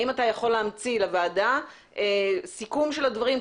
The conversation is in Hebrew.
האם אתה יכול להמציא לוועדה סיכום של הדברים?